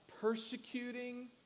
persecuting